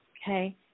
Okay